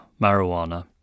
marijuana